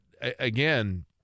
again